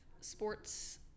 sports